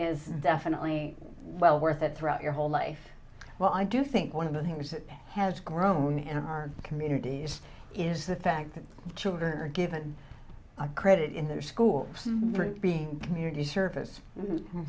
is definitely well worth it throughout your whole life well i do think one of the things that has grown in our communities is the fact that children are given credit in their schools for being community service